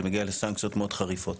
זה מגיע לסנקציות מאוד חריפות.